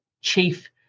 chief